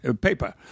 paper